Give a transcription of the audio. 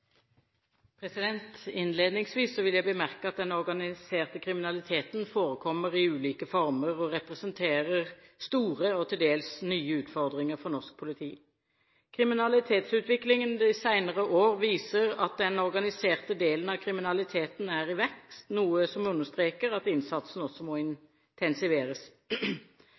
imot. Innledningsvis vil jeg bemerke at den organiserte kriminaliteten forekommer i ulike former og representerer store og til dels nye utfordringer for norsk politi. Kriminalitetsutviklingen de senere år viser at den organiserte delen av kriminaliteten er i vekst, noe som understreker at innsatsen må intensiveres.